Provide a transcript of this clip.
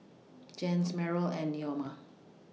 Jens Meryl and Neoma